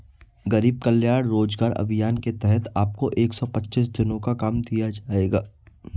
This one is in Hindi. गरीब कल्याण रोजगार अभियान के तहत आपको एक सौ पच्चीस दिनों का काम दिया जाएगा